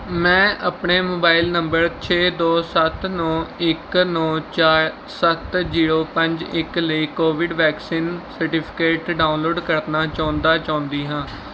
ਮੈਂ ਆਪਣੇ ਮੋਬਾਇਲ ਨੰਬਰ ਛੇ ਦੋ ਸੱਤ ਨੌ ਇੱਕ ਨੌ ਚਾਰ ਸੱਤ ਜੀਰੋ ਪੰਜ ਇੱਕ ਲਈ ਕੋਵਿਡ ਵੈਕਸੀਨ ਸਰਟੀਫਿਕੇਟ ਡਾਊਨਲੋਡ ਕਰਨਾ ਚਾਹੁੰਦਾ ਚਾਹੁੰਦੀ ਹਾਂ